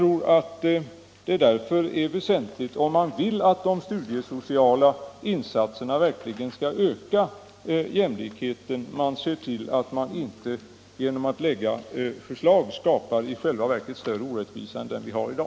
Om man vill att de studiesociala insatserna verkligen skall öka jämlikheten är det väsentligt att man ser till att man inte lägger förslag som i själva verket skapar större orättvisa än den som finns i dag.